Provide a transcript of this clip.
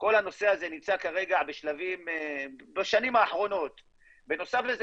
כל הנושא הזה נמצא בשנים האחרונות בשלבים ובנוסף לזה